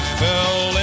fell